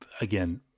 again